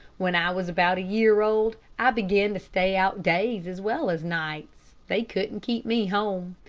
when i was about a year old, i began to stay out days as well as nights. they couldn't keep me home.